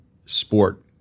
sport